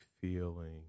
feeling